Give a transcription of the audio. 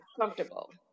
comfortable